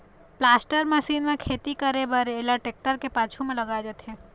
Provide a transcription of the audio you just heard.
planter machine म खेती करे बर एला टेक्टर के पाछू म लगाए जाथे